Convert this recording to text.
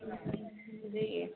हाँ जी